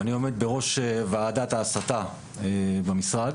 ואני עומד בראש ועדת ההסתה במשרד.